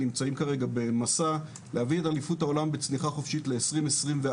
נמצאים כרגע במסע להביא את אליפות העולם בצניחה חופשית לאוקטובר